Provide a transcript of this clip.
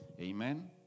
Amen